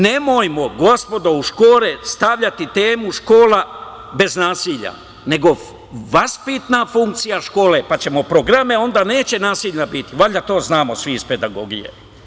Nemojmo, gospodo, u škole stavljati temu „Škola bez nasilja“, nego vaspitna funkcija škole, pa ćemo programe, onda neće nasilja biti, valjda to znamo svi iz pedagogije.